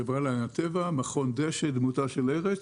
של החברה להגנת הטבע, מכון דש"א דמותה של ארץ,